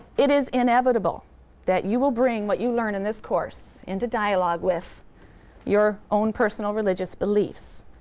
it is inevitable that you will bring what you learn in this course into dialogue with your own personal religious beliefs,